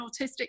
autistic